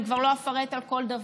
אני כבר לא אפרט על כל דבר,